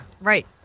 right